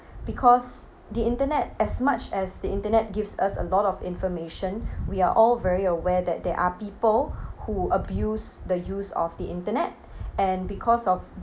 because the internet as much as the internet gives us a lot of information we are all very aware that there are people who abuse the use of the internet and because of